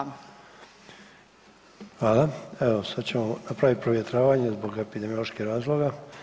Evo sad ćemo napravit provjetravanje zbog epidemioloških razloga.